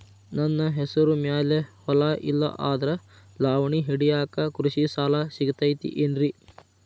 ನನ್ನ ಹೆಸರು ಮ್ಯಾಲೆ ಹೊಲಾ ಇಲ್ಲ ಆದ್ರ ಲಾವಣಿ ಹಿಡಿಯಾಕ್ ಕೃಷಿ ಸಾಲಾ ಸಿಗತೈತಿ ಏನ್ರಿ?